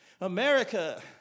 America